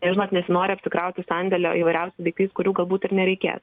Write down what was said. ir žinot nesinori apsikrauti sandėlio įvairiausiais daiktais kurių galbūt ir nereikės